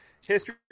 History